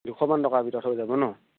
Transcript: দুশমান টকাৰ ভিতৰত হৈ যাব নহ্